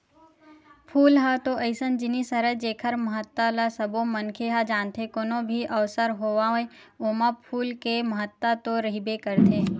फूल ह तो अइसन जिनिस हरय जेखर महत्ता ल सबो मनखे ह जानथे, कोनो भी अवसर होवय ओमा फूल के महत्ता तो रहिबे करथे